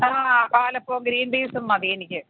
ആ പാലപ്പവും ഗ്രീൻ പീസും മതിയെനിക്ക്